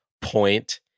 point